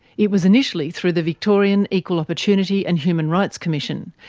it was initially through the victorian equal opportunity and human rights commission,